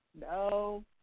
No